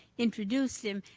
introduced him,